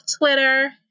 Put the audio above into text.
Twitter